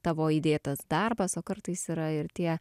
tavo įdėtas darbas o kartais yra ir tie